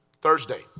Thursday